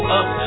up